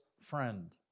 friend